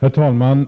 Herr talman!